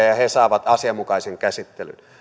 ja he he saavat asianmukaisen käsittelyn